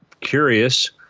curious